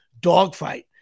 dogfight